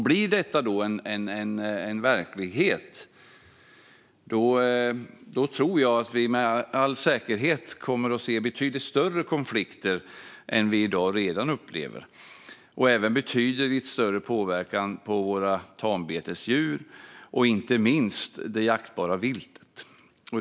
Blir detta en verklighet tror jag att vi med all säkerhet kommer att se betydligt större konflikter än vi redan i dag upplever, och även betydligt större påverkan på våra tambetesdjur och inte minst det jaktbara viltet.